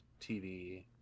tv